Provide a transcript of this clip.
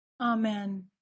Amen